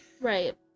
Right